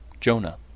Jonah